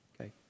Okay